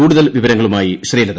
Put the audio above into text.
കൂടുതൽ വിവരങ്ങളുമായി ശ്രീലത